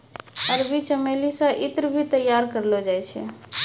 अरबी चमेली से ईत्र भी तैयार करलो जाय छै